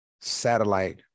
satellite